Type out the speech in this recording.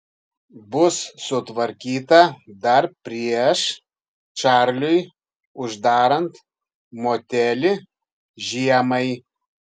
bus sutvarkyta dar prieš čarliui uždarant motelį žiemai